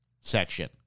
section